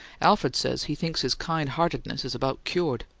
alfred says he thinks his kind-heartedness is about cured!